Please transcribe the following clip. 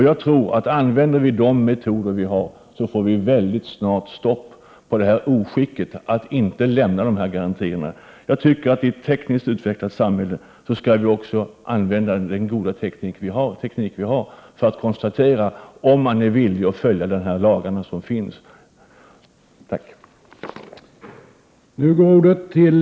Jag tror att om vi använder de metoder vi har skulle vi snart få stopp på oskicket att inte lämna dessa garantier. Vi lever i ett mycket tekniskt samhälle, och jag tycker vi skall använda den goda teknik vi har för att konstatera om man vid andra länders örlogsbesök är beredd att följa den lag som finns eller inte.